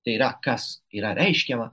tai yra kas yra reiškiama